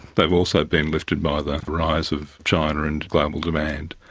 they have also been lifted by the rise of china and global demand.